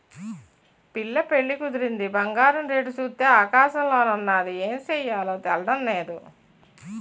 పిల్ల పెళ్లి కుదిరింది బంగారం రేటు సూత్తే ఆకాశంలోన ఉన్నాది ఏమి సెయ్యాలో తెల్డం నేదు